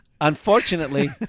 Unfortunately